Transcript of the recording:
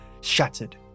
shattered